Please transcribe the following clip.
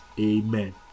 amen